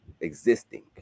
existing